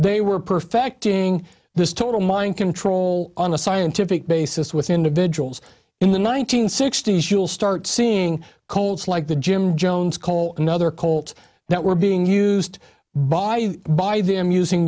they were perfecting this total mind control on a scientific basis with individuals in the one nine hundred sixty s you'll start seeing colds like the jones call another colt that we're being used by by them using